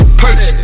perch